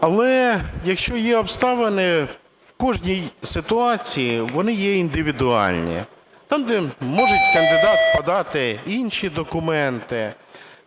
Але якщо є обставини, в кожній ситуації вони є індивідуальні, там, де може кандидат подати інші документи,